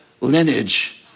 lineage